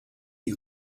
you